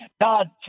God